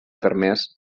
permès